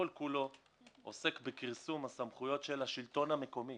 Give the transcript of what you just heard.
כל כולו עוסק בכרסום הסמכויות של השלטון המקומי.